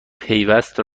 پیوست